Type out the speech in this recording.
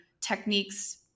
techniques